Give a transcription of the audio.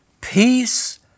Peace